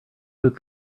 took